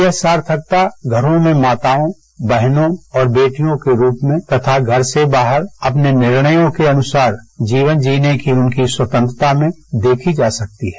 यह सार्थकता घरों में माताओं बहनों और बेटियों के रूप में तथा घर से बाहर अपने निर्णयों के अनुसार जीवन जीने की उनकी स्वतंत्रता में देखी जा सकती है